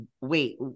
Wait